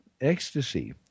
Ecstasy